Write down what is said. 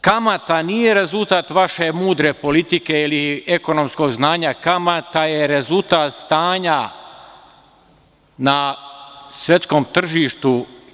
Kamata nije rezultat vaše mudre politike ili ekonomskog znanja, kamata je rezultat stanja na svetskom tržištu.